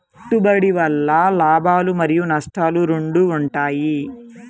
పెట్టుబడి వల్ల లాభాలు మరియు నష్టాలు రెండు ఉంటాయా?